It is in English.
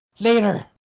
later